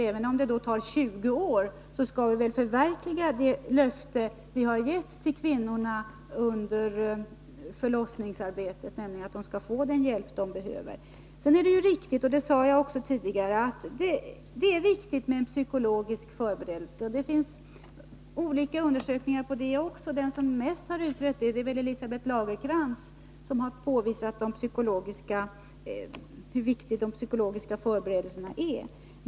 Även om det tar 20 år skall vi väl infria det löfte som vi har gett till kvinnorna om att de under förlossningsarbetet skall få den hjälp de behöver? Det är sant att det — det sade jag också tidigare — är viktigt med en psykologisk förberedelse. Det finns olika undersökningar också om detta. Den som mest har utrett de psykologiska förberedelserna är nog Elisabeth Lagercranz, som har redovisat hur viktiga de är.